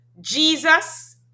Jesus